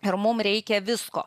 ir mum reikia visko